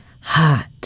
hot